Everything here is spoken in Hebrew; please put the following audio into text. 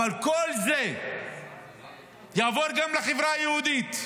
אבל כל זה יעבור גם לחברה היהודית,